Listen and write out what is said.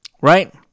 right